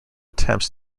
attempts